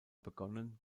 begonnen